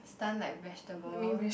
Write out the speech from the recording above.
stun like vegetable